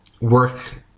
work